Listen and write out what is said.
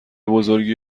بزرگی